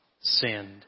sinned